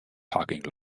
parking